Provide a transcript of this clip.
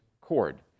cord